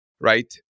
right